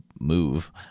move